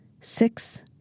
Six